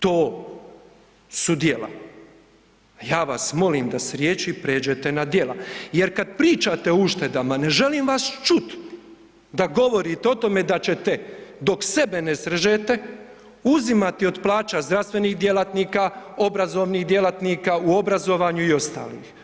To su djela, a ja vas molim da s riječi pređete na djela jer kada pričate o uštedama ne želim vas čut da govorite o tome da ćete dok sebe ne srežete uzimati od plaća zdravstvenih djelatnika, obrazovnih djelatnika u obrazovanju i ostalih.